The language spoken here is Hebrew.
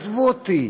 עזבו אותי,